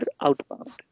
outbound